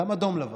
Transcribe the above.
גם באדום-לבן.